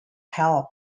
help